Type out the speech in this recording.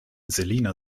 selina